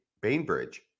Bainbridge